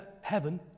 heaven